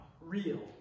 real